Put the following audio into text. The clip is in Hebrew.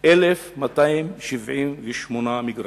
1,278 מגרשים,